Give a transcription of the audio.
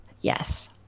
Yes